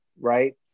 right